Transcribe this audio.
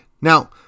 Now